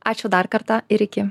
ačiū dar kartą ir iki